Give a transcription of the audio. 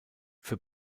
für